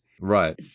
Right